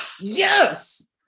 yes